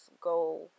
go